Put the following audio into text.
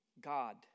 God